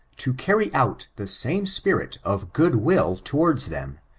to carry out the same spirit of good-will towards them,